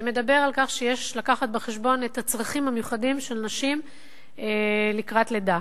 שמדבר על כך שיש לקחת בחשבון את הצרכים המיוחדים של נשים לקראת לידה.